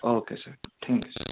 okay sir thank you sir